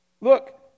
Look